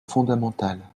fondamentale